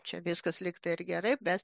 čia viskas lyg tai ir gerai bet